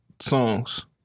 songs